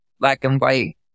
black-and-white